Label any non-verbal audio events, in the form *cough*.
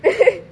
*laughs*